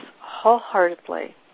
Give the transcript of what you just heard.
wholeheartedly